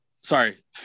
Sorry